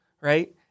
right